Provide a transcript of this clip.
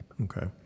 Okay